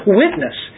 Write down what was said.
witness